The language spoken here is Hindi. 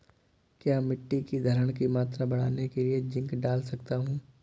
क्या मिट्टी की धरण की मात्रा बढ़ाने के लिए जिंक डाल सकता हूँ?